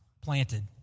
planted